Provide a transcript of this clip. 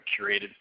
curated